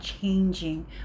Changing